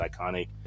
iconic